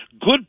Good